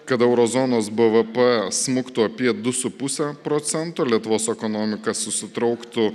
kad euro zonos bvp smuktų apie du su puse procento lietuvos ekonomika susitrauktų